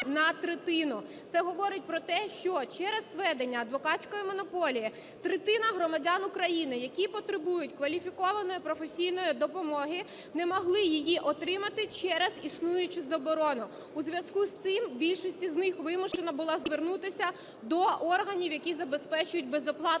на третину. Це говорить про те, що через введення адвокатської монополії третина громадян України, які потребують кваліфікованої професійної допомоги, не могли її отримати через існуючу заборону. У зв'язку з цим більшість із них вимушена була звернутися до органів, які забезпечують безоплатну